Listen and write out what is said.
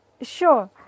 Sure